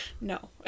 No